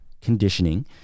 conditioning